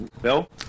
Bill